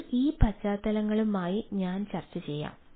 ഇപ്പോൾ ഈ പശ്ചാത്തലങ്ങളുമായി ഞാൻ ചർച്ചചെയ്യാം